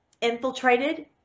infiltrated